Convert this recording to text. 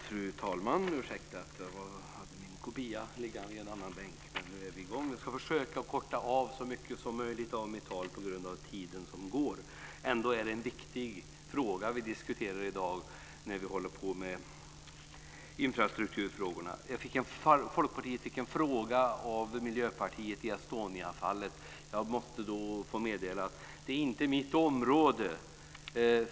Fru talman! Jag ska försöka att korta av mitt tal så mycket som möjligt på grund av tiden som går. Det är viktiga frågor vi diskuterar i dag när vi talar om infrastrukturfrågorna. Folkpartiet fick en fråga från Miljöpartiet som gällde Estonia. Jag måste meddela att det inte är mitt område.